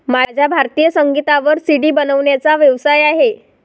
माझा भारतीय संगीतावर सी.डी बनवण्याचा व्यवसाय आहे